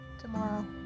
tomorrow